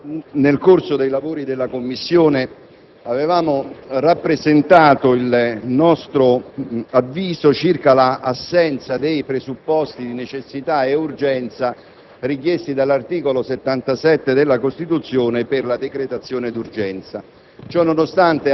già nel corso dei lavori della Commissione avevamo rappresentato il nostro avviso circa l'assenza dei presupposti di necessità e di urgenza richiesti dall'articolo 77, secondo comma, della Costituzione, per la decretazione di urgenza.